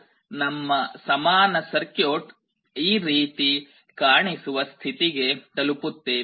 ನಾವು ನಮ್ಮ ಸಮಾನ ಸರ್ಕ್ಯೂಟ್ ಈ ರೀತಿ ಕಾಣಿಸುವ ಸ್ಥಿತಿಗೆ ತಲುಪುತ್ತೇವೆ